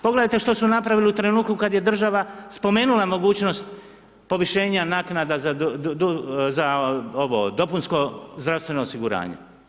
Pogledajte što su napravili u trenutku kad je država spomenula mogućnost povišenja naknada za dopunsko zdravstveno osiguranje.